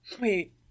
wait